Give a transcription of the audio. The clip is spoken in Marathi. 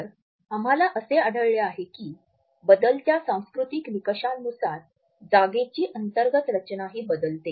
तर आम्हाला असे आढळले आहे की बदलत्या सांस्कृतिक निकषांनुसार जागेची अंतर्गत रचनाही बदलते